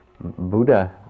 Buddha